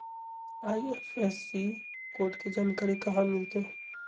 IFSC code के जानकारी कहा मिलतई